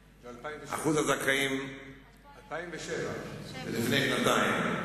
זה 2007. לפני שנתיים.